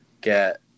get